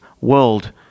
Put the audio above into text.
world